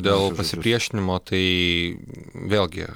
dėl pasipriešinimo tai vėlgi